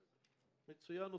מצוין.